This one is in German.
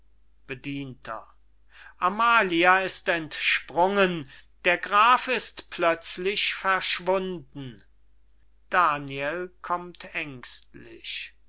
bedienter amalia ist entsprungen der graf ist plötzlich verschwunden